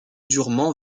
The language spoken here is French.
durement